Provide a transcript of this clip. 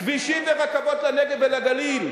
כבישים ורכבות לנגב ולגליל,